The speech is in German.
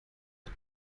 hat